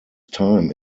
time